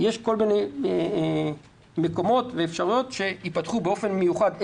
יש כל מיני מקומות ואפשרויות שייפתחו באופן מיוחד,